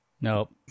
Nope